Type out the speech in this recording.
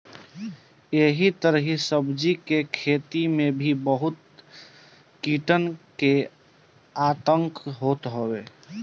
एही तरही सब्जी के खेती में भी बहुते कीटन के आतंक होत हवे